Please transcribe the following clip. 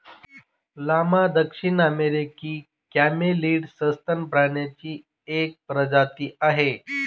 llama दक्षिण अमेरिकी camelid सस्तन प्राण्यांची एक प्रजाती आहे